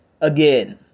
again